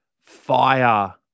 fire